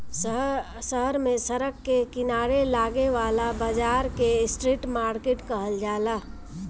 शहर में सड़क के किनारे लागे वाला बाजार के स्ट्रीट मार्किट कहल जाला